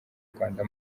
rwanda